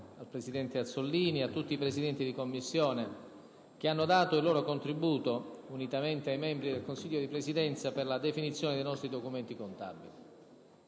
al presidente Azzollini e a tutti i Presidenti di Commissione, che hanno dato il loro contributo, unitamente ai membri del Consiglio di Presidenza, per la definizione dei nostri documenti contabili.